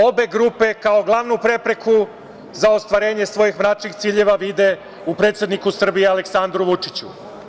Obe grupe kao glavnu prepreku za ostvarenje svojih mračnih ciljeva vide u predsedniku Srbije, Aleksandru Vučiću.